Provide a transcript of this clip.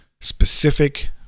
specific